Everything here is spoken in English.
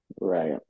Right